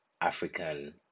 African